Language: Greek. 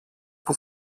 που